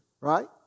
right